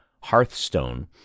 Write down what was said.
Hearthstone